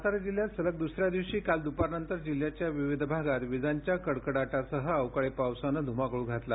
सातारा जिल्ह्यात सलग दुसऱ्या दिवशी काल दुपारनंतर जिल्ह्याच्या विविध भागात विजांच्या कडकडाटासह अवकाळी पावसाने धुमाकूळ घातला